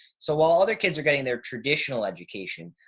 so while other kids are getting their traditional education,